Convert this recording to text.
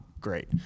great